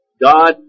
God